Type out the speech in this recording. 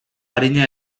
arina